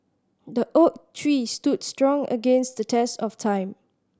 the oak tree stood strong against the test of time